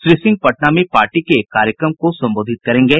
श्री सिंह पटना में पार्टी के एक कार्यक्रम को संबोधित करेंगे